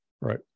right